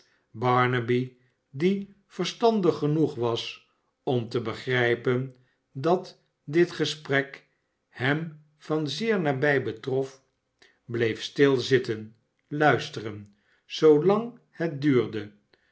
barnaby die verstandig genoeg was om te begrijpen dat dit gesprek hem van zeer nabij betrof bleef stil zitten luisteren zoolang het duurde